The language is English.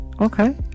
Okay